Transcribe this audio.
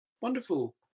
Wonderful